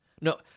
No